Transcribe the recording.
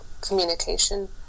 communication